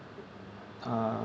uh